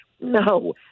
No